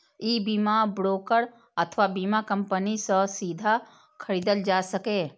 ई बीमा ब्रोकर अथवा बीमा कंपनी सं सीधे खरीदल जा सकैए